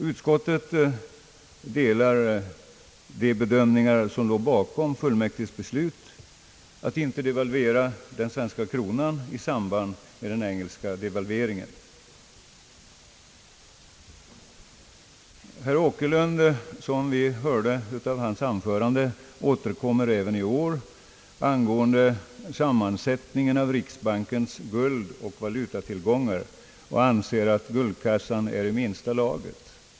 — Utskottet delar de bedömningar som låg bakom fullmäktiges beslut att inte devalvera den svenska kronan i samband med den engelska devalveringen. Herr Åkerlund — vilket vi hörde av hans anförande — återkommer även i år till sammansättningen av riksbankens guldoch valutatillgångar och anser, att guldkassan är i minsta laget.